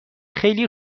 خیلی